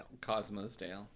Cosmosdale